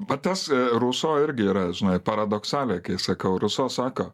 va tas ruso irgi yra žinai paradoksaliai kai sakau ruso sako